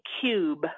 cube